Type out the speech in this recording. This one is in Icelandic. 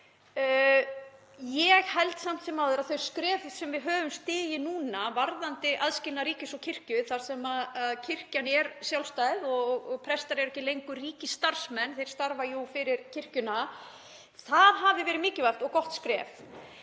Ég held samt sem áður að það skref sem við höfum stigið núna varðandi aðskilnað ríkis og kirkju þar sem kirkjan er sjálfstæð og prestar eru ekki lengur ríkisstarfsmenn, þeir starfa jú fyrir kirkjuna, hafi verið mikilvægt og gott skref.